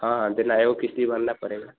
हाँ हाँ दिन आयो किश्त भरना पड़ेगा